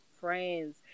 friends